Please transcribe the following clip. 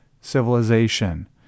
civilization